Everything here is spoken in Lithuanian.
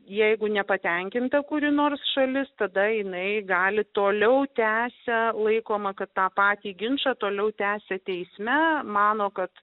jeigu nepatenkinta kuri nors šalis tada jinai gali toliau tęsia laikoma kad tą patį ginčą toliau tęsė teisme mano kad